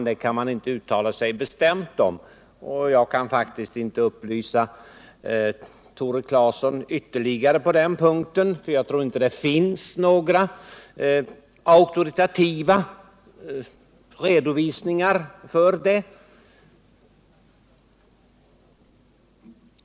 Det kan man inte uttala sig bestämt om, och jag kan faktiskt inte upplysa Tore Claeson ytterligare på den punkten. Jag tror inte det finns några auktoritativa redovisningar av det förhållandet.